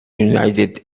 united